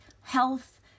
health